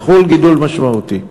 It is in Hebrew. יחול גידול משמעותי.